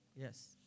yes